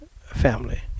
family